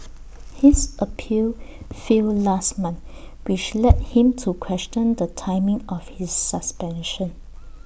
his appeal failed last month which led him to question the timing of his suspension